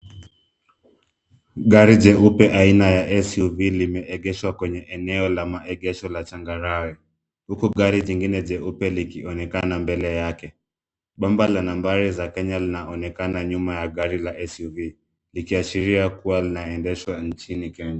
Gari jeupe aina ya SUV limeegeshwa kwenye eneo la maegesho la changarawe, huku gari jingine jeupe likionekana mbele yake. Bamba la nambari za Kenya linaonekana nyuma ya gari la SUV , ikiashiria kuwa linaendeshwa nchini Kenya.